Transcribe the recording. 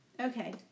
Okay